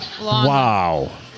Wow